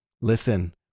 Listen